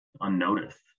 unnoticed